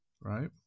right